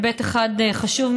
היבט אחד חשוב,